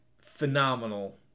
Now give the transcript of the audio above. Phenomenal